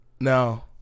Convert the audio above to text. No